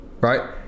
right